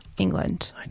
England